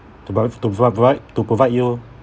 to prov~ to provide provide to provide you